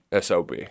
SOB